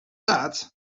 that